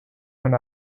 and